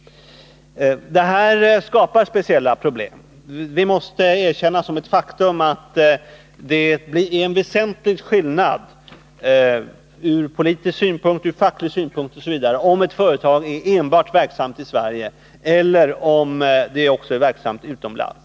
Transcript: Detta skapar speciella problem. Det måste erkännas som ett faktum att det är en väsentlig skillnad från politisk synpunkt, facklig synpunkt osv. om ett företag är verksamt enbart i Sverige eller om det också är verksamt utomlands.